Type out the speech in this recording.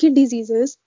diseases